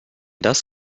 das